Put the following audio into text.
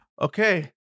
Okay